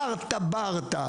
חרטא ברטא.